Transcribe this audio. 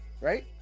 right